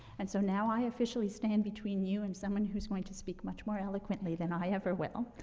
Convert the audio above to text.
and so now i officially stand between you and someone who's going to speak much more eloquently than i ever will.